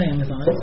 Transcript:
Amazon